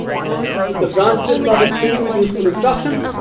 um if the branch delay slot is filled with useful instruction.